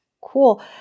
Cool